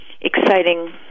exciting